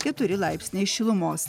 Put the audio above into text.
keturi laipsniai šilumos